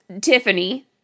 Tiffany